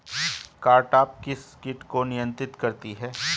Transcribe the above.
Cartap किस किट को नियंत्रित करती है?